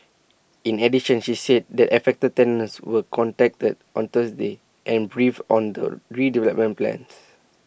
in addition she said that affected tenants were contacted on Thursday and briefed on the redevelopment plans